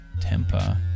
temper